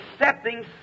accepting